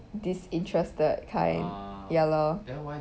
disinterested kind ya lor